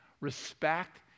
respect